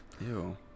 Ew